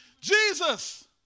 Jesus